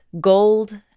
gold